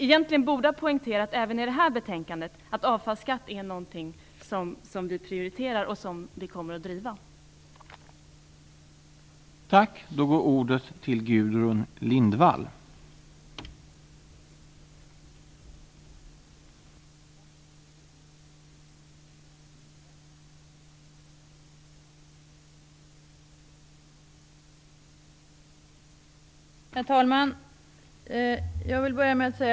Egentligen borde vi även i det här betänkandet ha poängterat att avfallsskatten är något som vi prioriterar och att vi kommer att driva den frågan.